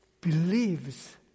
believes